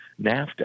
NAFTA